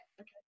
Okay